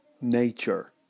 nature